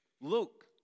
Luke